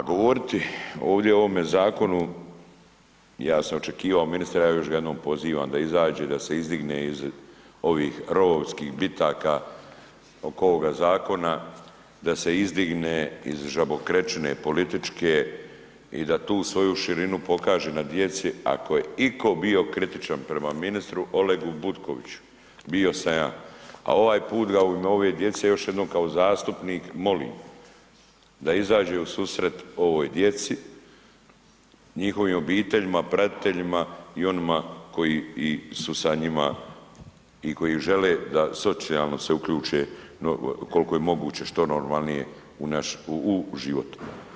A govoriti ovdje o ovome zakonu, ja sam očekivao ministre, ja ga još jednom pozivam da iziđe, da se izdigne iz ovih rovovskih bitaka oko ovoga zakona, da se izdigne iz žabokrečine političke i da tu svoju širinu pokaže na djeci, ako je iko bio kritičan prema ministru Olegu Butkoviću bio sam ja, a ovaj put ga u ime ove djece još jednom kao zastupnik molim da izađe u susret ovoj djeci, njihovim obiteljima, pratiteljima i onima koji su sa njima i koji žele da socijalno se uključe koliko je moguće što normalnije u život.